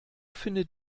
findet